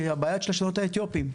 מהבעיה של הרשויות האתיופיים.